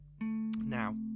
Now